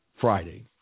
Friday